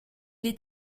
est